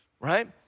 right